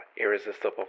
irresistible